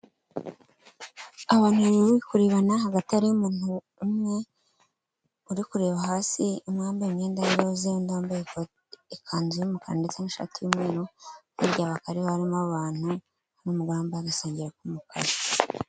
Abantu bari kurebana hagati hari muntu umwe uri kureba hasi umwe wambaye imyenda y'iroza, wambaye ikanzu y'umukara ndetse n'ishati hirya hakaba harimo abantu bambaye agasengeri k'umukara.